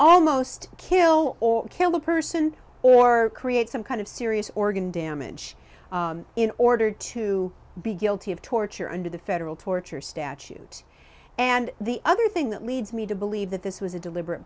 almost kill or kill the person or create some kind of serious organ damage in order to be guilty of torture under the federal torture statute and the other thing that leads me to believe that this was a deliberate